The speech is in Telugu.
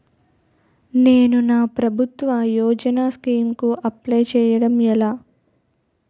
నేను నా ప్రభుత్వ యోజన స్కీం కు అప్లై చేయడం ఎలా?